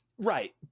right